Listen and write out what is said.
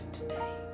today